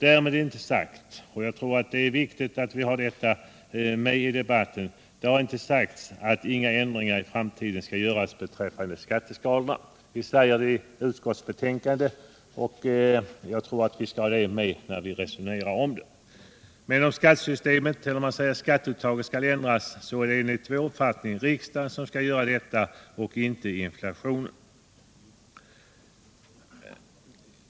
Därmed inte sagt — jag tror att det är viktigt att vi har det med i debatten — att inga förändringar av skatteskalorna skall göras i framtiden. Det framhåller även skatteutskottet. Men om skatteuttaget skall ändras så är det enligt vår mening riksdagen som skall göra det och inte inflationen.